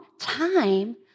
time